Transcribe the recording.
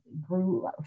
grew